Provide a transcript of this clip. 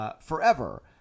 forever